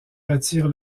retire